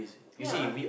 yeah